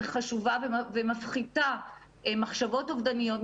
וחשובה ומפחיתה מחשבות אובדניות,